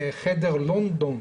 חדר לונדון,